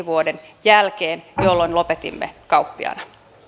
vuoden kaksituhattaviisi jälkeen jolloin lopetimme kauppiaana